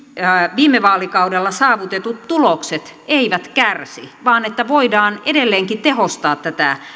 viime vaalikaudella saavutetut tulokset eivät kärsi vaan että voidaan edelleenkin tehostaa tätä